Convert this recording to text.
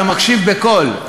אתה מקשיב בקול.